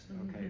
Okay